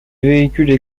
véhicules